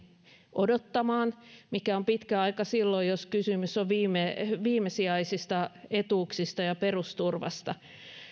mikä on pitkä aika silloin jos kysymys on viimesijaisista etuuksista ja perusturvasta